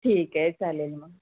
ठीक आहे चालेल मग